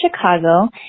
Chicago